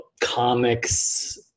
comics